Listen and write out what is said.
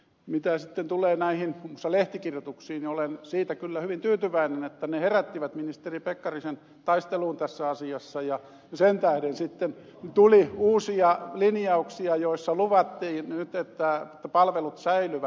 mitä sitten tulee muun muassa näihin lehtikirjoituksiin niin olen siitä kyllä hyvin tyytyväinen että ne herättivät ministeri pekkarisen taisteluun tässä asiassa ja sen tähden sitten tuli uusia linjauksia joissa luvattiin nyt että palvelut säilyvät